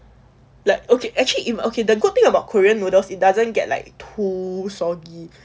like okay actually in okay the good thing about korean noodles it doesn't get like too soggy